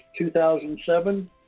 2007